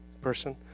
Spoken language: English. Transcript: person